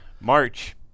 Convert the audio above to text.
March